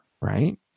right